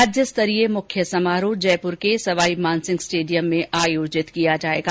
राज्यस्तरीय मुख्य समारोह जयपुर के सवाईमानसिंह स्टेडियम में आयोजित किया जायेगा